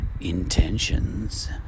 intentions